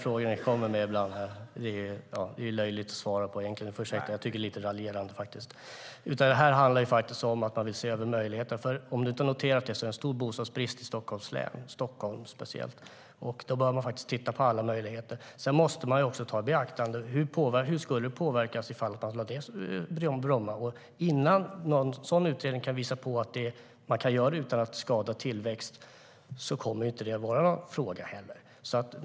Herr talman! Det är roliga frågor ni kommer med här ibland, Ola Johansson. Det blir löjligt att svara. Du får ursäkta, men jag tycker faktiskt att det är lite raljerande. Man måste också ta i beaktande hur det skulle påverka om man lade ned Bromma flygplats. Innan en utredning visar att man kan göra detta utan att det skadar tillväxten kommer det här inte att vara någon fråga.